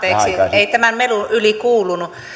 ei tämän melun yli kuulunut